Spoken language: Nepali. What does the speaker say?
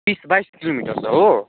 बिस बाइस किलोमिटर छ हो